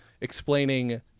explaining